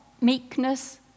meekness